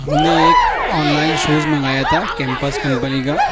ہم نے ایک آن لائن شوز منگایا تھا کیمپس کمپنی کا